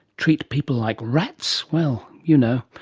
treat people like rats, well, you know.